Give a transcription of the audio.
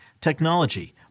technology